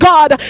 God